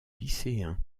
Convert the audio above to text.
lycéens